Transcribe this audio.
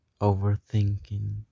Overthinking